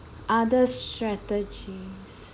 other strategies